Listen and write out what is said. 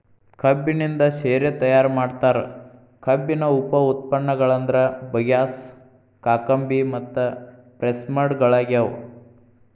ಕಬ್ಬಿನಿಂದ ಶೇರೆ ತಯಾರ್ ಮಾಡ್ತಾರ, ಕಬ್ಬಿನ ಉಪ ಉತ್ಪನ್ನಗಳಂದ್ರ ಬಗ್ಯಾಸ್, ಕಾಕಂಬಿ ಮತ್ತು ಪ್ರೆಸ್ಮಡ್ ಗಳಗ್ಯಾವ